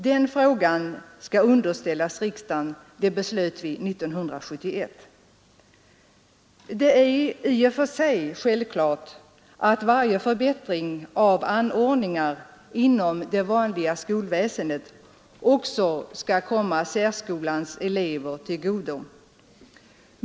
Den frågan skall underställas riksdagen för prövning — det beslöt vi 1971. I och för sig är det självklart att varje förbättring av anordningar inom det vanliga skolväsendet också skall komma särskolans elever till godo.